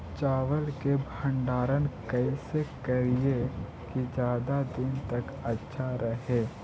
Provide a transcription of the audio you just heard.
चावल के भंडारण कैसे करिये की ज्यादा दीन तक अच्छा रहै?